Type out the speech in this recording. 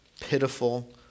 pitiful